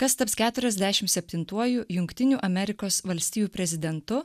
kas taps keturiasdešim septintuoju jungtinių amerikos valstijų prezidentu